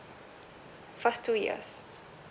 first two years